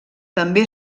també